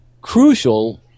crucial